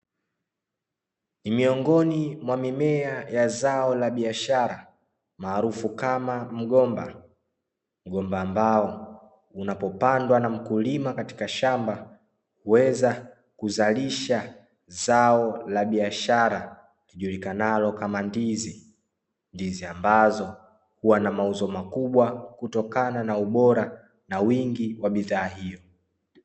Ni miongoni mwa mimea ya zao la biashara maarufu kama mgomba. Mgomba ambao unapopandwa na mkulima katika shamba, huweza kuzalisha zao la biashara lijulikanalo kama ndizi. Ndizi ambazo huwa na mauzo makubwa kutokana na ubora na wingi wa bidhaa hiyo.